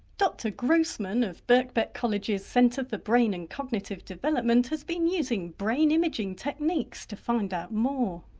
dr grossman of birkbeck college's centre for brain and cognitive development has been using brain imaging techniques to find out more.